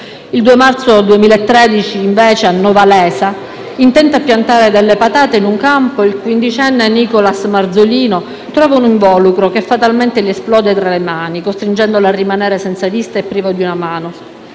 Il 2 marzo 2013 a Novalesa, intento a piantare delle patate in un campo, il quindicenne Nicolas Marzolino trova un involucro che, fatalmente, gli esplode tra le mani, costringendolo a rimanere senza vista e privo di una mano.